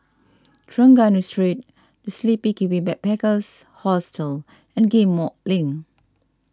Trengganu Street the Sleepy Kiwi Backpackers Hostel and Ghim Moh Link